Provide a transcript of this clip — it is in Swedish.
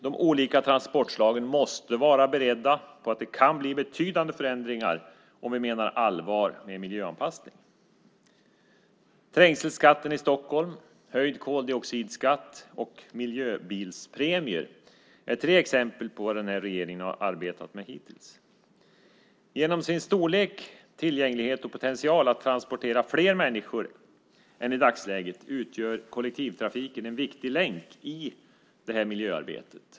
De olika transportslagen måste vara beredda på att det kan bli betydande förändringar om vi menar allvar med miljöanpassning. Trängselskatten i Stockholm, höjd koldioxidskatt och miljöbilspremier är tre exempel på vad den här regeringen har arbetat med hittills. Genom sin storlek, tillgänglighet och potential att transportera fler människor än i dagsläget utgör kollektivtrafiken en viktig länk i det här miljöarbetet.